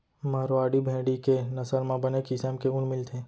मारवाड़ी भेड़ी के नसल म बने किसम के ऊन मिलथे